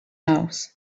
house